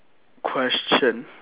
question